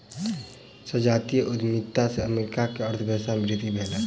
संजातीय उद्यमिता से अमेरिका के अर्थव्यवस्था में वृद्धि भेलै